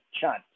chance